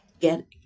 get